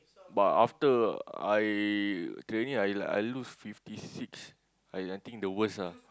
but after I training I I lose fifty six I think the worst ah